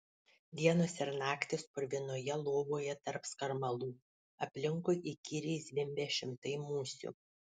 dienos ir naktys purvinoje lovoje tarp skarmalų aplinkui įkyriai zvimbia šimtai musių